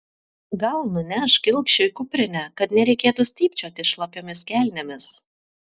gal nunešk ilgšiui kuprinę kad nereikėtų stypčioti šlapiomis kelnėmis